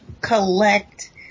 collect